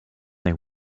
they